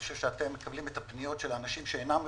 אני חושב שאתם מקבלים את הפניות של האנשים שאינם מרוצים,